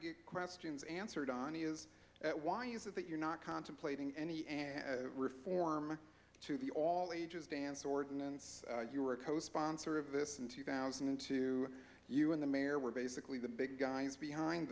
to get questions answered on is why is it that you're not contemplating any and reform to the all ages dance ordinance you were a co sponsor of this in two thousand and two you and the mayor were basically the big guys behind